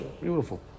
beautiful